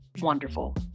wonderful